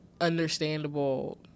understandable